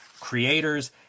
creators